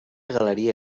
galeria